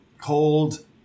cold